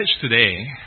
today